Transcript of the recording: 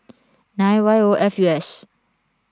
nine Y O F U S